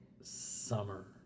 summer